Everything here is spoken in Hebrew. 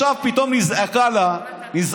עכשיו, אני רוצה לספר משהו.